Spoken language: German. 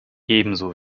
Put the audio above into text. ebenso